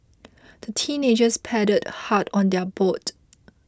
the teenagers paddled hard on their boat